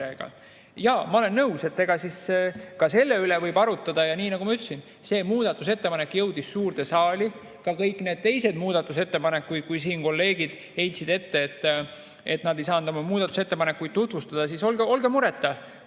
ma olen nõus, et ka selle üle võib arutada. Ja nii nagu ma ütlesin, see muudatusettepanek jõudis suurde saali, nagu ka kõik need teised muudatusettepanekud. Siin kolleegid heitsid ette, et nad ei saanud oma muudatusettepanekuid tutvustada – olge mureta,